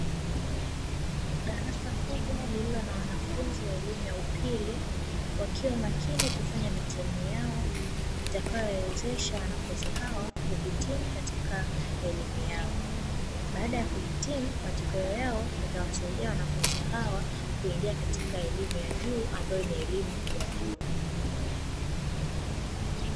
Darasa kubwa lililo na wanafunzi wa elimu ya upili wakiwa makini kufanya mitihani yao itakayo wezesha wanafunzi hao kuhitimu katika elimu yao. Baada ya kuhitimu matokeo yao yatawasaidia wanafunzi hawa kuingia katika elimu ya juu ambayo ni elimu ya vyuo.